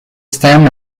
stem